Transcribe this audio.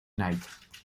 night